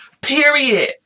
Period